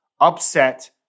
upset